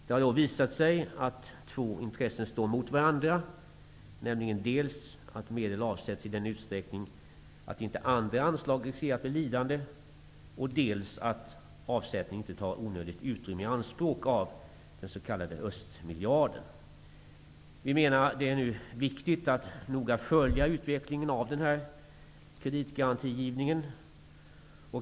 Det har då visat sig att två intressen står mot varandra, nämligen dels att medel avsätts i en sådan utsträckning att andra anslag inte riskerar att bli lidande, dels att avsättningen inte tar onödigt utrymme i anspråk av den s.k. östmiljarden. Vi menar att det är viktigt att man nu noga följer utvecklingen av den här kreditgarantigivningen.